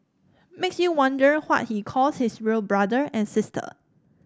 makes you wonder what he calls his real brother and sister